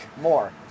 more